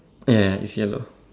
ya ya it's yellow